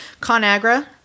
ConAgra